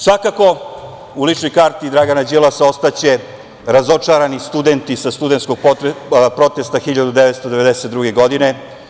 Svakako, u ličnoj karti Dragana Đilasa ostaće razočarani studenti sa studentskog protesta 1992. godine.